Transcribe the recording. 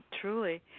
Truly